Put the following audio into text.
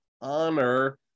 honor